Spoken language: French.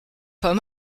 pas